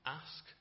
ask